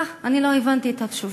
סליחה, אני לא הבנתי את התשובה.